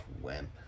wimp